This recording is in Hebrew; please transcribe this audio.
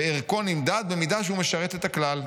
וערכו נמדד במידה שהוא משרת את הכלל'.